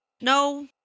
No